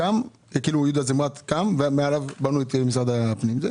יהודה זמרת קם ומעליו בנו את משרד הפנים.